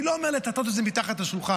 אני לא אומר לטאטא את זה מתחת לשולחן.